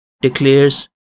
declares